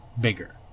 bigger